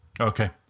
Okay